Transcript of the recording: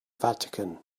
vatican